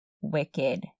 wicked